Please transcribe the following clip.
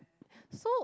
so